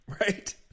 Right